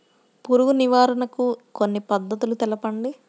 పురుగు నివారణకు కొన్ని పద్ధతులు తెలుపండి?